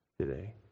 today